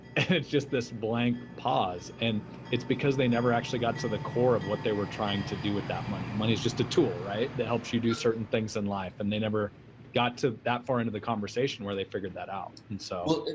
it's just this blank pause and it's because they never actually got to the core of what they were trying to do with that money. money is just a tool that helps you do certain things in life and they never got to that far into the conversation where they figured that out. and so